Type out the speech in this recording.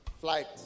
flight